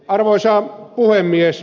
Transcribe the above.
arvoisa puhemies